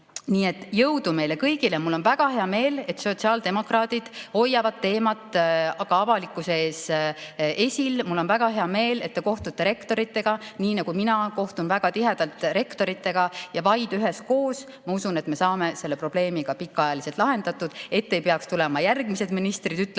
Nii et jõudu meile kõigile! Mul on väga hea meel, et sotsiaaldemokraadid hoiavad teemat avalikkuse ees esil. Mul on väga hea meel, et te kohtute rektoritega, nii nagu ka mina kohtun väga tihedalt rektoritega. Vaid üheskoos, ma usun, me saame selle probleemi ka pikaajaliselt lahendatud, et järgmised ministrid ei